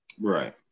Right